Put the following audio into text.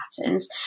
patterns